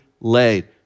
laid